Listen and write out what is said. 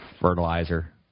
fertilizer